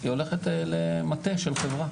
היא הולכת למטה של חברה.